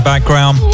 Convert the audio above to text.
Background